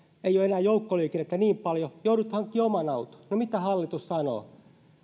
ei ole enää joukkoliikennettä niin paljon joudut hankkimaan oman auton no mitä hallitus sanoo